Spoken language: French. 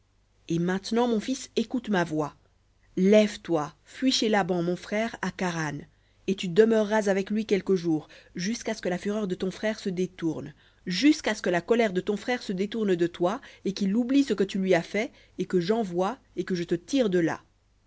et maintenant mon fils écoute ma voix lève-toi fuis chez laban mon frère à charan et tu demeureras avec lui quelques jours jusqu'à ce que la fureur de ton frère se détourne jusquà ce que la colère de ton frère se détourne de toi et qu'il oublie ce que tu lui as fait et que j'envoie et que je te tire de là